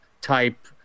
type